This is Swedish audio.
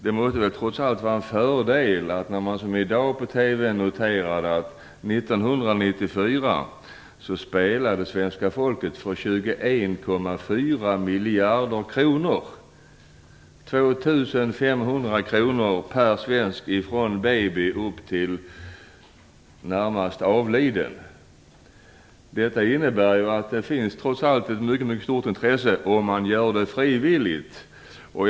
Det måste väl trots allt vara en fördel att svenska folket, vilket i dag noterades i TV, 1994 spelade för 21,4 miljarder kronor, 2 500 kr per svensk. Det gäller då alla åldrar - från baby till närmast avliden. Detta innebär att det ändå finns ett mycket stort intresse, baserat på frivillighet.